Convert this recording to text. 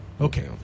Okay